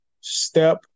step